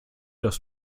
dass